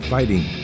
Fighting